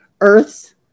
earth